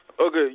Okay